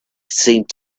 seemed